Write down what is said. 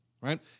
right